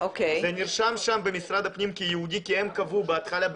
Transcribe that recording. זה נרשם שם במשרד הפנים כיהודי כי הם קבעו בהתחלה,